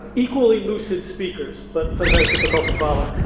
equally lucid speakers, but sometimes difficult to follow.